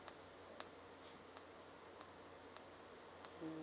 mm